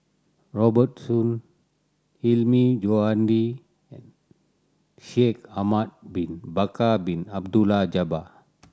Robert Soon Hilmi Johandi and Shaikh Ahmad Bin Bakar Bin Abdullah Jabbar